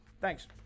thanks